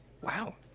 Wow